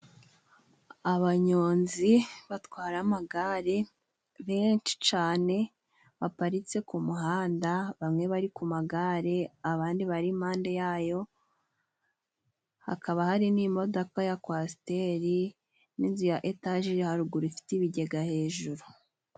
Abanyonzi batwara amagare benshi cane. Baparitse ku muhanda bamwe bari ku magare abandi bari impande yayo, hakaba hari n'imodoka ya kowasiteri, n'inzu ya etaje iri haruguru ifite ibigega hejuru.